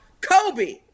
Kobe